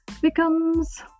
becomes